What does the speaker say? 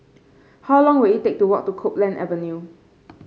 how long will it take to walk to Copeland Avenue